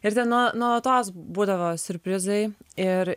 ir tie nuo nuolatos būdavo siurprizai ir